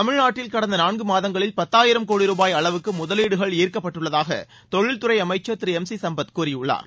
தமிழ்நாட்டில் கடந்த நான்கு மாதங்களில் பத்தாயிரம் கோடி ரூபாய் அளவுக்கு முதவீடுகள் ார்க்கப்பட்டுள்ளதாக தொழில்துறை அமைச்சர் திரு எம் சி சம்பத் கூறியிருக்கிறார்